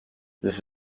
this